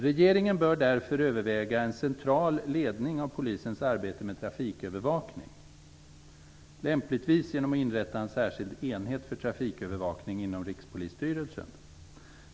Regeringen bör därför avväga en central ledning av polisens arbete med trafikövervakning, lämpligen genom att inrätta en särskild enhet för trafikövervakning inom Rikspolisstyrelsen.